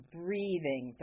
breathing